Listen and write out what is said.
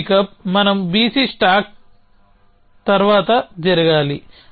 ఈ పికప్ మనం BC stack తర్వాత జరగాలి